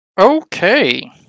Okay